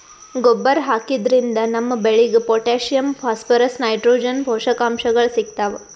ಗೊಬ್ಬರ್ ಹಾಕಿದ್ರಿನ್ದ ನಮ್ ಬೆಳಿಗ್ ಪೊಟ್ಟ್ಯಾಷಿಯಂ ಫಾಸ್ಫರಸ್ ನೈಟ್ರೋಜನ್ ಪೋಷಕಾಂಶಗಳ್ ಸಿಗ್ತಾವ್